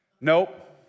Nope